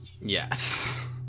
Yes